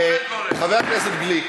דודי, יש הוראה